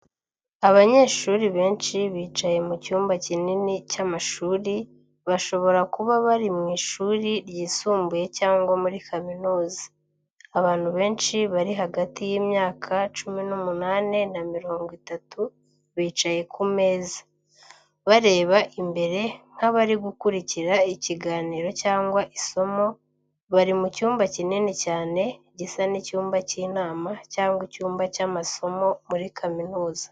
Abanyeshuri benshi bicaye mu cyumba kinini cy’amashuri, bashobora kuba bari mu ishuri ryisumbuye cyangwa muri kaminuza. Abantu benshi bari hagati y’imyaka cumi n'umunane na mirongo itatu bicaye ku meza, bareba imbere nk’abari gukurikira ikiganiro cyangwa isomo. Bari mu cyumba kinini cyane, gisa n’icyumba cy’inama cyangwa icyumba cy'amasomo muri kaminuza.